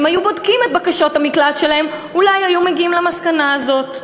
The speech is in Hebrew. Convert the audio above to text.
אם היו בודקים את בקשות המקלט שלהם אולי היו מגיעים למסקנה הזאת.